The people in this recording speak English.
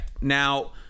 Now